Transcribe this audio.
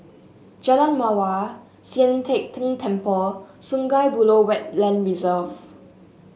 Jalan Mawar Sian Teck Tng Temple Sungei Buloh Wetland Reserve